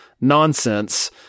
nonsense